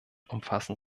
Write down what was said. umfassen